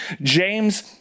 James